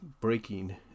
breaking